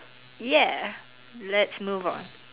ya let's move on